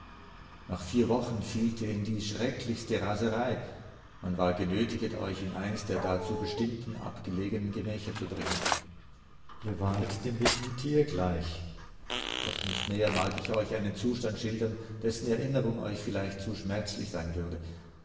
nach vier wochen fielt ihr in die schrecklichste raserei man war genötiget euch in eins der dazu bestimmten abgelegenen gemächer zu bringen ihr wäret dem wilden tier gleich doch nicht näher mag ich euch einen zustand schildern dessen erinnerung euch vielleicht zu schmerzlich sein würde